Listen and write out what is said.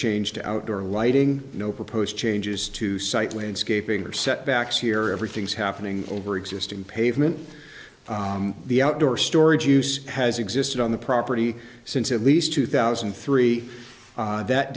change to outdoor lighting no proposed changes to site landscaping or setbacks here everything's happening over existing pavement the outdoor storage use has existed on the property since at least two thousand and three that